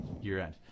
year-end